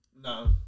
No